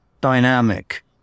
dynamic